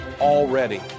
already